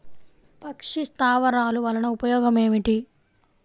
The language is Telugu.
పక్షి స్థావరాలు వలన ఉపయోగం ఏమిటి?